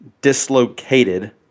dislocated